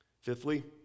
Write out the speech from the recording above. Fifthly